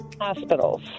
Hospitals